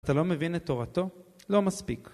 אתה לא מבין את תורתו? לא מספיק.